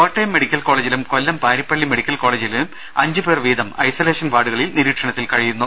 Kottayam medical കോളേജിലും Kollam Parippally medical കോളേജിലും അഞ്ചുപേർ വീതമാണ് ഐസൊലേഷൻ വാർഡുകളിൽ നിരീക്ഷണത്തിൽ കഴിയുന്നത്